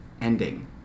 ending